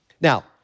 Now